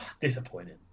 disappointing